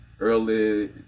early